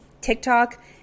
TikTok